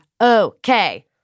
Okay